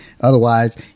Otherwise